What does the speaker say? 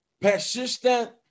persistent